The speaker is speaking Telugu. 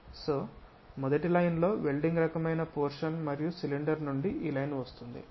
సొ మొదటి లైన్ లో వెల్డింగ్ రకమైన పోర్షన్ మరియు సిలిండర్ నుండి ఈ లైన్ వస్తుంది